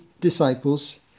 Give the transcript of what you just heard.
disciples